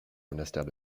monastère